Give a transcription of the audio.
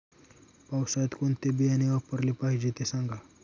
पावसाळ्यात कोणते बियाणे वापरले पाहिजे ते सांगा